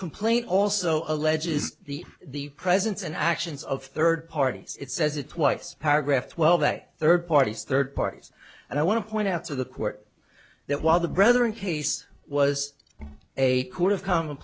complaint also alleges the the presence and actions of third parties it says it twice paragraph twelve that third parties third parties and i want to point out to the court that while the brother in case was a court of com